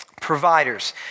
providers